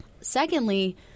Secondly